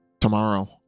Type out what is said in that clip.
TOMORROW